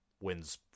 wins